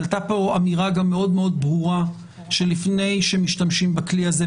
עלתה פה גם אמירה מאוד ברורה שלפני שמשתמשים בכלי הזה,